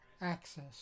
access